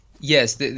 yes